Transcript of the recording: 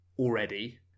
already